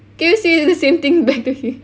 can you say the same thing back to him